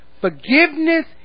Forgiveness